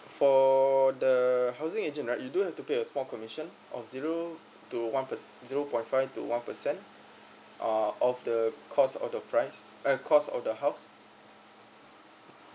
for the housing agent right you do have to pay a small commission of zero to one percent zero point five to one percent uh of the cost of the price uh cost of the house